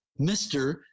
Mr